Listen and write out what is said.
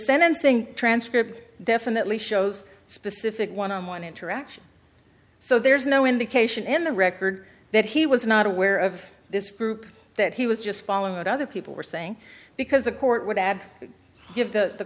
sentencing transcript definitely shows specific one on one interaction so there's no indication in the record that he was not aware of this group that he was just following what other people were saying because a court would add give the